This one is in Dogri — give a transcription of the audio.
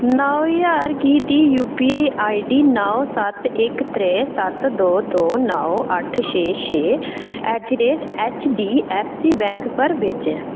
नौ ज्हार गी दी U P I I D नौ सत्त इक त्रै सत्त दो दो नौ अट्ठ छे छे at the rate H D F C bank पर भेजें